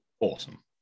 awesome